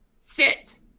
sit